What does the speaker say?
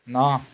ਨਾਂਹ